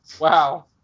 wow